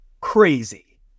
crazy